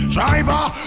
Driver